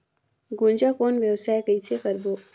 गुनजा कौन व्यवसाय कइसे करबो?